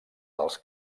dels